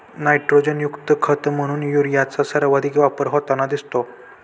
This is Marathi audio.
नायट्रोजनयुक्त खत म्हणून युरियाचा सर्वाधिक वापर होताना दिसतो